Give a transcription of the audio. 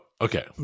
okay